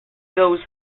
those